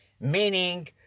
meaning